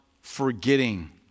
forgetting